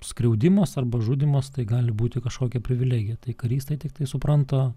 skriaudimas arba žudymas tai gali būti kažkokia privilegija tai karys tai tiktai supranta